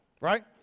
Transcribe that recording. right